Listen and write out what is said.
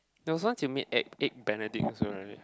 there was once you made egg egg benedict also right